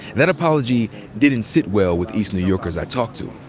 that apology didn't sit well with east new yorkers i talked to.